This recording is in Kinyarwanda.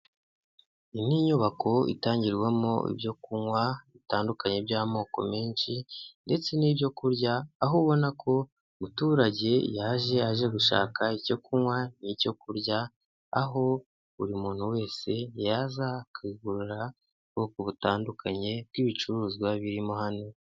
Iyi ni inyubako itangirwamo ibyo kunywa bitandukanye by'amoko menshi ndetse n'ibyo kurya, aho ubona ko umuturage yaje aje gushaka icyo kunywa n'icyo kurya, aho buri muntu wese yaza akagura ubwoko butandukanye bw'ibicuruzwa birimo hano.